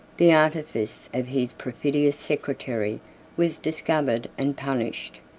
the artifice of his perfidious secretary was discovered and punished.